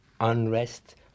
unrest